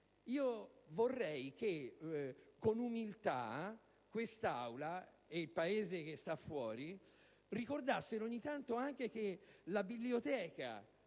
Io vorrei che, con umiltà, quest'Aula e il Paese che sta fuori ricordassero ogni tanto che anche la biblioteca